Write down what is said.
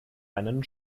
einen